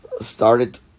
started